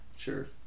Sure